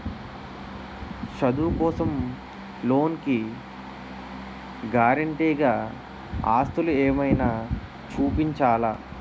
చదువు కోసం లోన్ కి గారంటే గా ఆస్తులు ఏమైనా చూపించాలా?